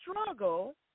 struggle